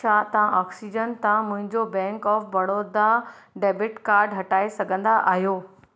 छा तव्हां ऑक्सीजन तव्हां मुंहिंजो bank of Baroda debit card हटाए सघंदा आहियो